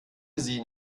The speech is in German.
sehen